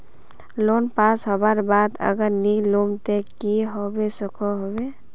Loan pass होबार बाद अगर नी लुम ते की होबे सकोहो होबे?